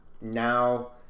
now